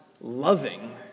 loving